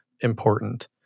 important